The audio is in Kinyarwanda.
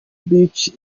beach